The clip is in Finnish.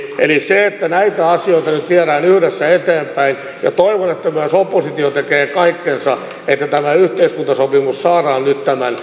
eli näitä asioita nyt viedään yhdessä eteenpäin ja toivon että myös oppositio tekee kaikkensa että tämä yhteiskuntasopimus saadaan nyt tämän työllisyys ja kasvusopimuksen kolmannen vuoden jatkoksi